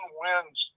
wins